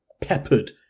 peppered